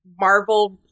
Marvel